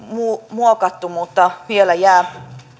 muokattu mutta vielä jäävät